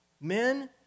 Men